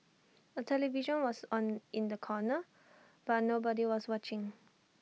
A television was on in the corner but nobody was watching